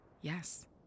Yes